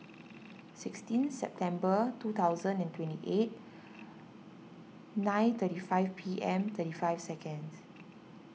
sixteen September two thousand and twenty eight nine thirty five P M thirty five seconds